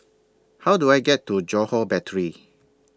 How Do I get to Johore Battery